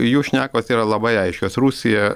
jų šnekos yra labai aiškios rusija